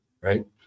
right